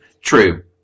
True